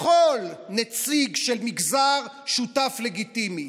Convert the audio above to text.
בכל, נציג של מגזר שותף לגיטימי.